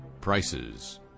prices